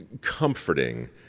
comforting